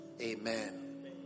Amen